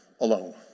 alone